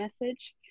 message